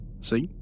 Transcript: See